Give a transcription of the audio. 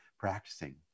Practicing